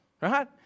right